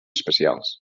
especials